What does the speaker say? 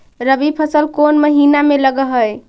रबी फसल कोन महिना में लग है?